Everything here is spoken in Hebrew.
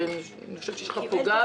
אני חושבת שיש לך פה גב.